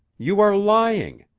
you are lying.